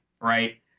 right